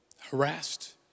harassed